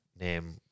name